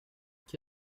qui